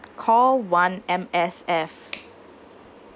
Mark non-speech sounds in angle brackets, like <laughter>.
call one M_S_F <noise>